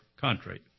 country